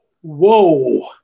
Whoa